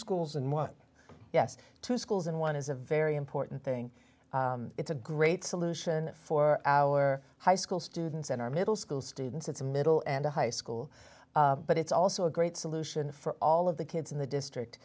schools and what yes two schools and one is a very important thing it's a great solution for our high school students and our middle school students it's a middle and high school but it's also a great solution for all of the kids in the district